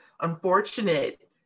unfortunate